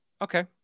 Okay